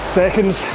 seconds